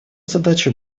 задача